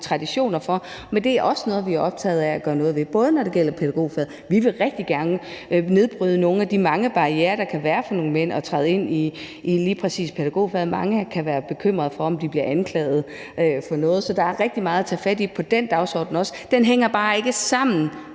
traditioner for, men det er også noget, vi er optaget af at gøre noget ved, også når det gælder pædagogfaget. Vi vil rigtig gerne nedbryde nogle af de mange barrierer, der kan være for nogle mænd med hensyn til at træde ind i lige præcis pædagogfaget. Mange kan være bekymrede for, om de bliver anklaget for noget. Så der er også rigtig meget at tage fat i på den dagsorden; den hænger bare ikke sammen